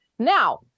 Now